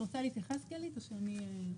את רוצה להתייחס או שאני אסכם?